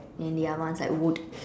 and the other one is like wood